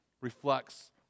reflects